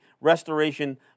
restoration